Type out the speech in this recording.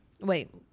Wait